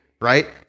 right